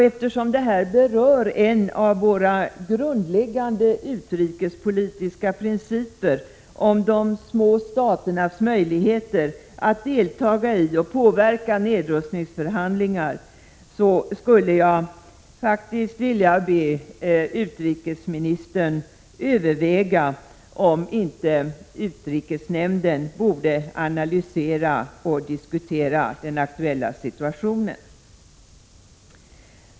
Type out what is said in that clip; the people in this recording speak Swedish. Eftersom detta berör en våra grundläggande utrikespolitiska principer, om de små staternas möjligheter att delta i och påverka nedrustningsförhandlingar, skulle jag faktiskt vilja be utrikesministern att överväga om inte utrikesnämnden borde analysera och diskutera den aktuella situationen.